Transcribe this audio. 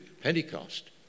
Pentecost